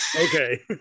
okay